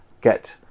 get